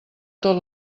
tot